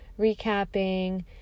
recapping